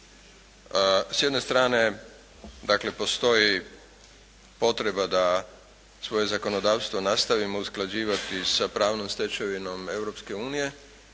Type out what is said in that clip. S jedne strane dakle postoji potreba da svoje zakonodavstvo nastavimo usklađivati sa pravnom stečevinom Europske unije